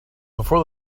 before